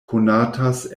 konatas